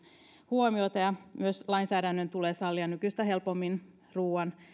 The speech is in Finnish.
huomiota myös lainsäädännön tulee sallia nykyistä helpommin ruuan